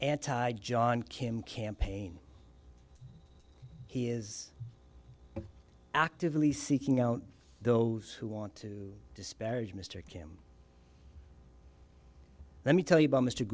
anti john kim campaign he is actively seeking out those who want to disparage mr kim let me tell you about m